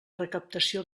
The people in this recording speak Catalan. recaptació